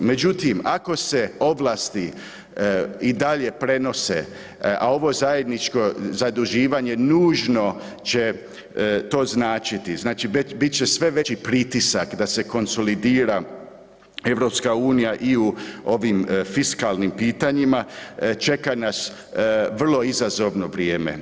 Međutim, ako se ovlasti i dalje prenose, a ovo zajedničko zaduživanje nužno će to značiti, znači bit će sve veći pritisak da se konsolidira EU i u ovim fiskalnim pitanjima čeka nas vrlo izazovno vrijeme.